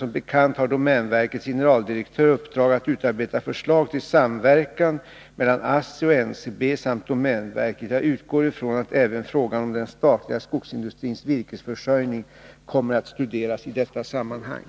Som bekant har domänverkets generaldirektör i uppdrag att utarbeta förslag till samverkan mellan ASSI och NCB samt domänverket. Jag utgår ifrån att även frågan om den statliga skogsindustrins virkesförsörjning kommer att studeras i detta sammanhang.